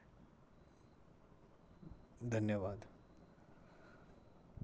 धन्यवाद